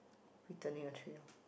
return your tray